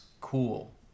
cool